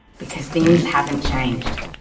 because things haven't changed.